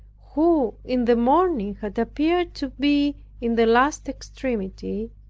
who in the morning had appeared to be in the last extremity.